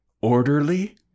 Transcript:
orderly